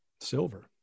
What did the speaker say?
silver